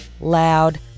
loud